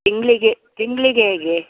ತಿಂಗಳಿಗೆ ತಿಂಗಳಿಗೆ ಹೇಗೆ